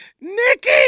nikki